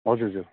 हजुर हजुर